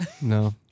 No